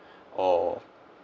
or